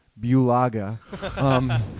Bulaga